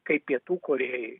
kaip pietų korėjoj